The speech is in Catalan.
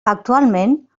actualment